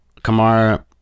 Kamara